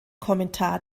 kommentar